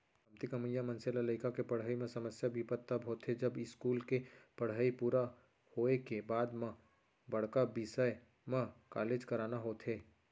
कमती कमइया मनसे ल लइका के पड़हई म समस्या बिपत तब होथे जब इस्कूल के पड़हई पूरा होए के बाद म बड़का बिसय म कॉलेज कराना होथे